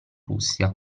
russia